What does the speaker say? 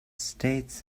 states